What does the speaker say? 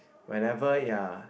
whenever ya